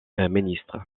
ministre